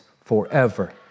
forever